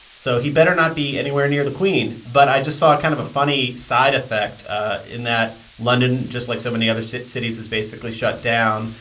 so he better not be anywhere near the queen. but i just saw kind of a funny side effect in that london, just like so many other cities, is basically shut down.